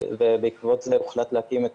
ובעקבות זה הוחלט להקים את